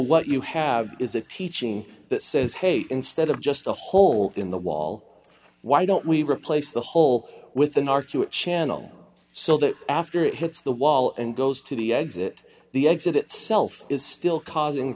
what you have is a teaching that says hey instead of just a hole in the wall why don't we replace the hole with an arc to a channel so that after it hits the wall and goes to the exit the exit itself is still causing